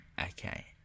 okay